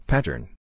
pattern